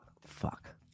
Fuck